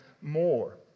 more